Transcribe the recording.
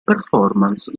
performance